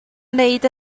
wneud